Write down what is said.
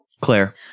Claire